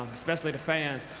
especially the fans.